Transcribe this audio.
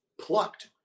plucked